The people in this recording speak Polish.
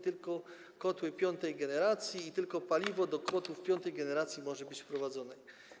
Tylko kotły piątej generacji i tylko paliwo do kotłów piątej generacji może być wprowadzone.